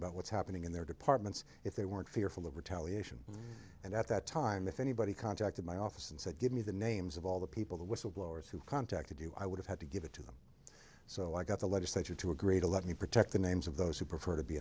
about what's happening in their departments if they weren't fearful of retaliation and at that time if anybody contacted my office and said give me the names of all the people who whistleblowers who contacted you i would have had to give it to them so i got the legislature to agree to let me protect the names of those who prefer to be